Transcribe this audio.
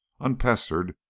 unpestered